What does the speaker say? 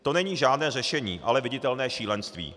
To není žádné řešení, ale viditelné šílenství.